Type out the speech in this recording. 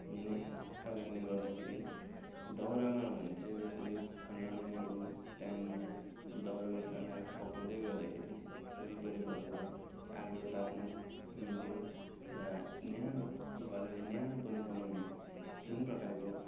हुने कारणले गर्दाखेरि दाउरामा हो भने चाहिँ जसरी ठन्डा महिनाको टाइममा दाउरामा खाना पकाउँदै गर्दाखेरि वरिपरि बसेर आगो ताप्नु मिल्यो र न्यानो घरलाई न्यानो पनि बनाउने जुन प्रकारको